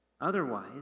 Otherwise